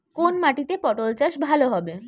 কোন মাটিতে পটল চাষ ভালো হবে?